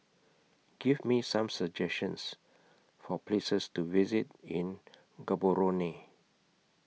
Give Me Some suggestions For Places to visit in Gaborone